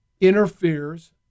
interferes